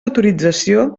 autorització